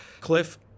cliff